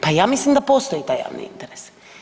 Pa ja mislim da postoji taj javni interes.